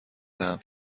دهم